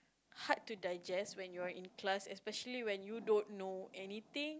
hard to digest when you're in class especially when you don't know anything